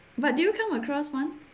but do you come across one